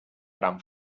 gran